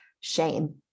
shame